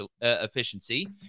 efficiency